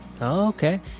okay